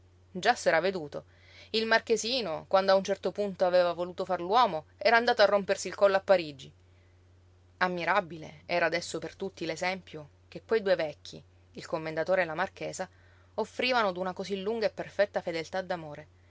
già s'era veduto il marchesino quando a un certo punto aveva voluto far l'uomo era andato a rompersi il collo a parigi ammirabile era adesso per tutti l'esempio che quei due vecchi il commendatore e la marchesa offrivano d'una cosí lunga e perfetta fedeltà